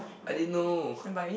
I didn't know